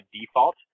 default